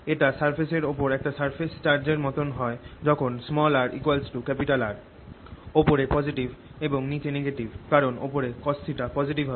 এটা সারফেস এর ওপর একটা সারফেস চার্জ এর মতন হয় যখন rR ওপরে পজিটিভ এবং নিচে নেগেটিভ কারণ ওপরে cosθ পজিটিভ হবে